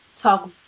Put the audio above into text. talk